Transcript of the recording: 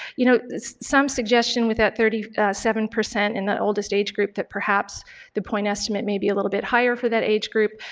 you know, some suggestion with that thirty seven percent in that oldest age group that perhaps the point estimate may be a little bit higher for that age group.